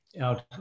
out